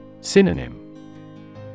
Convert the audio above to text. Synonym